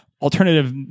alternative